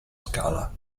scala